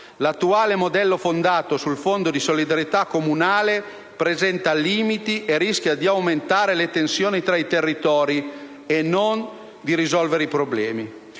L'attuale modello fondato sul fondo di solidarietà comunale presenta limiti, rischia di aumentare le tensioni tra i territori e di non risolvere i problemi.